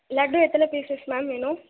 லட்டு எத்தனை pieces ma'am வேணும்